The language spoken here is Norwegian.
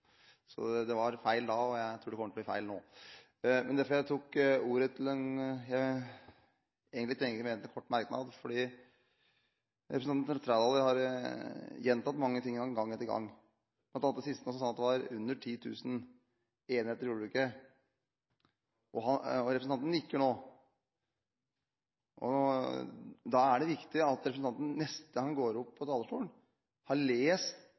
Det var feil da, og jeg tror det kommer til å bli feil nå. Jeg tok ordet til det jeg tenkte skulle være en kort merknad, fordi representanten Trældal har gjentatt mange ting, gang etter gang, og bl.a. nå sist sa han at det var 10 000 enheter i jordbruket – representanten nikker. Da er det viktig at representanten neste gang han går på talerstolen, har lest